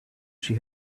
she